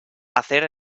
hacer